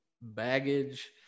baggage